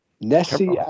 Nessie